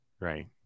Right